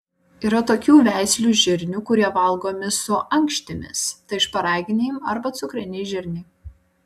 yra tokių veislių žirnių kurie valgomi su ankštimis tai šparaginiai arba cukriniai žirniai